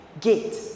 get